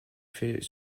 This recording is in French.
fait